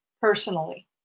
personally